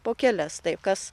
po kelias tai kas